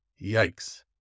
Yikes